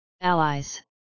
Allies